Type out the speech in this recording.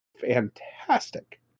fantastic